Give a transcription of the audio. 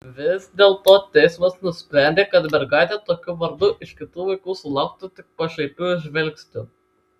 vis dėlto teismas nusprendė kad mergaitė tokiu vardu iš kitų vaikų sulauktų tik pašaipių žvilgsnių